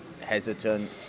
hesitant